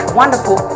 wonderful